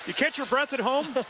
catch your breath at home,